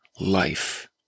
life